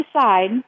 side